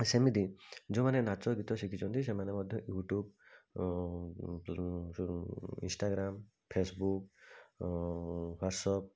ସେମିତି ଯୋଉମାନେ ନାଚ ଗୀତ ଶିଖିଛନ୍ତି ସେମାନେ ମଧ୍ୟ ୟୁଟ୍ୟୁବ୍ ଇନଷ୍ଟାଗ୍ରାମ୍ ଫେସବୁକ୍ ହ୍ୱାଟ୍ସଅପ୍